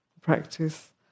practice